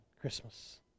Christmas